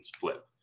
flip